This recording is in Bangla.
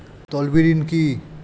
তলবি ঋণ কি?